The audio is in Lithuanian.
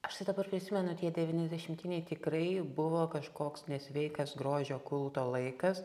aš tai dabar prisimenu tie devyniasdešimtiniai tikrai buvo kažkoks nesveikas grožio kulto laikas